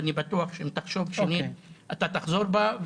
ואני חושב שאם תחשוב שנית אתה תחזור בך.